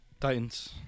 Titans